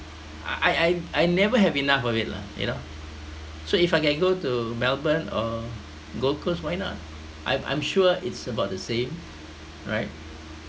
I I I never have enough of it lah you know so if I can go to melbourne or gold coast why not I'm I'm sure it's about the same right